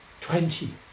Twenty